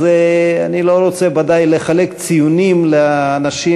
אז אני ודאי שלא רוצה לחלק ציונים לאנשים